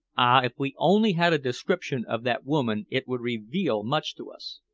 ah! if we only had a description of that woman it would reveal much to us.